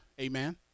amen